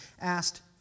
asked